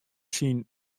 syn